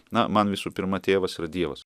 na man visų pirma tėvas yra dievas